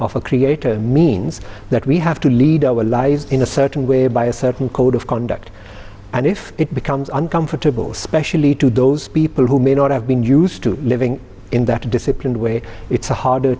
of a creator means that we have to lead our lives in a certain way by a certain code of conduct and if it becomes uncomfortable especially to those people who may not have been used to living in that disciplined way it's a harder